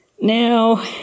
Now